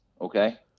okay